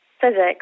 physics